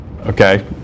Okay